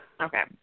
Okay